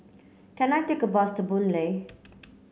can I take a bus to Boon Lay